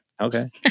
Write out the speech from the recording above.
Okay